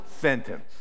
sentence